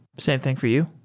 same thing for you?